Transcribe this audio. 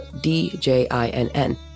D-J-I-N-N